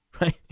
right